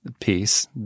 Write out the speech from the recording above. piece